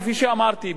כפי שאמרתי,